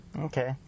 okay